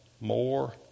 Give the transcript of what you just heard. more